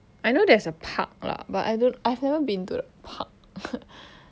I know there's a park lah but I don't I've never been to the park